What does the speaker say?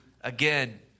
again